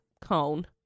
cone